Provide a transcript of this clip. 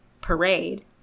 parade